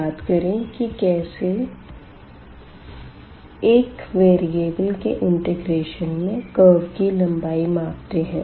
याद करें कि कैसे एक वेरिएबल के इंटिग्रेशन में कर्व की लंबाई मापते है